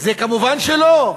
זה כמובן שלא,